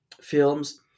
films